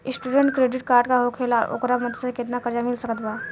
Student credit card का होखेला और ओकरा मदद से केतना कर्जा मिल सकत बा?